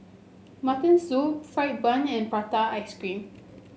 Mutton Soup fried bun and Prata Ice Cream